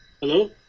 hello